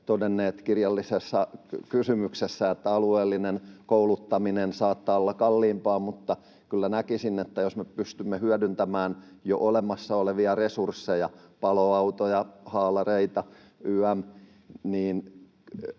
todennut kirjallisessa kysymyksessä, että alueellinen kouluttaminen saattaa olla kalliimpaa, niin kyllä näkisin, että jos me pystymme hyödyntämään jo olemassa olevia resursseja — paloautoja, haalareita ym. — niin